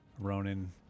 Ronan